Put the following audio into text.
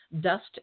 Dust